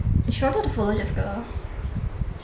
she wanted to follow jessica